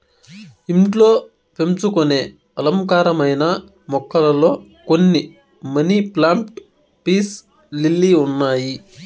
ఇంట్లో పెంచుకొనే అలంకారమైన మొక్కలలో కొన్ని మనీ ప్లాంట్, పీస్ లిల్లీ ఉన్నాయి